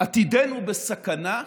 עתידנו בסכנה.